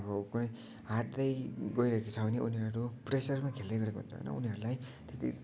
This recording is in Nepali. अब कोही हार्दै गोइरहेको छ भने उनीहरू प्रेसरमा खेल्दै गरेको हुन्छ उनीहरूलाई